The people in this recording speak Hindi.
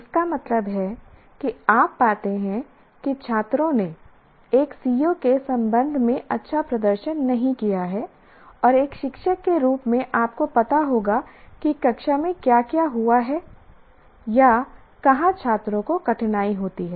इसका मतलब है कि आप पाते हैं कि छात्रों ने एक CO के संबंध में अच्छा प्रदर्शन नहीं किया है और एक शिक्षक के रूप में आपको पता होगा कि कक्षा में क्या क्या हुआ है या कहाँ छात्रों को कठिनाई होती है